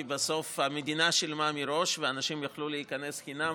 כי בסוף המדינה שילמה מראש ואנשים יוכלו להיכנס חינם,